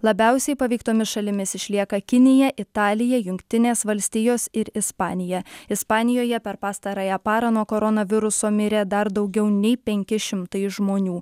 labiausiai paveiktomis šalimis išlieka kinija italija jungtinės valstijos ir ispanija ispanijoje per pastarąją parą nuo koronaviruso mirė dar daugiau nei penki šimtai žmonių